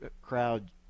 crowd